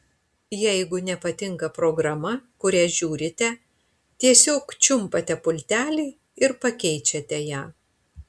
jeigu nepatinka programa kurią žiūrite tiesiog čiumpate pultelį ir pakeičiate ją